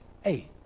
hey